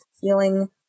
feeling